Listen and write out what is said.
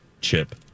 chip